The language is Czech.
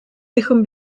bychom